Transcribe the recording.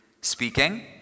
speaking